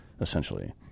essentially